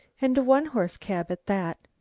and a one-horse cab at that.